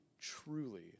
truly